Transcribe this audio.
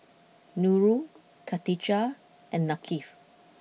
Nurul Khatijah and Thaqif